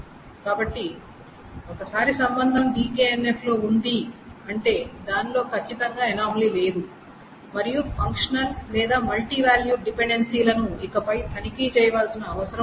కాబట్టి ఒకసారి సంబంధం DKNF లో ఉంది అంటే దానిలో ఖచ్చితంగా అనామలీ లేదు మరియు ఫంక్షనల్ లేదా మల్టీ వాల్యూడ్ డిపెండెన్సీలను ఇకపై తనిఖీ చేయవలసిన అవసరం లేదు